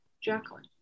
Jacqueline